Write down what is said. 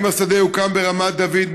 אם השדה יוקם ברמת דוד,